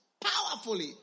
powerfully